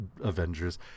Avengers